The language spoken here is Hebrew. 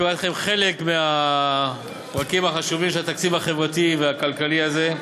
פירטתי לכם חלק מהפרקים החשובים של התקציב החברתי והכלכלי הזה,